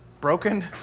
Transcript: Broken